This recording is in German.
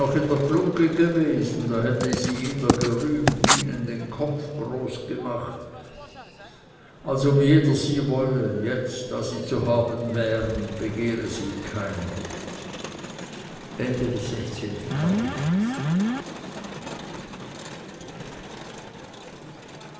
in der glungge gewesen hätte sie jeder gerühmt ihnen den kopf groß gemacht als ob jeder sie wolle jetzt da sie zu haben wären begehre sie keiner